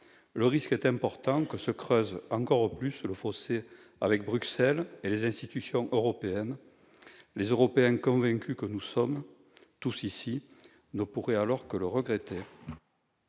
le risque est important que se creuse encore plus le fossé avec Bruxelles et les institutions européennes ? Les Européens convaincus que nous sommes tous ici ne pourraient alors que le regretter.